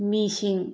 ꯃꯤꯁꯤꯡ